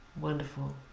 wonderful